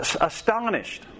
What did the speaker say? astonished